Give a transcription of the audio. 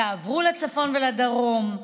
תעברו לצפון ולדרום,